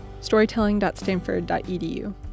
storytelling.stanford.edu